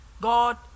God